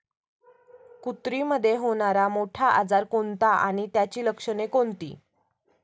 कुत्रीमध्ये होणारा मोठा आजार कोणता आणि त्याची लक्षणे कोणती?